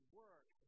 work